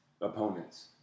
opponents